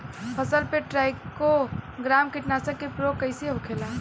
फसल पे trichogramma कीटनाशक के प्रयोग कइसे होखेला?